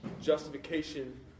justification